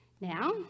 Now